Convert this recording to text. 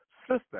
sister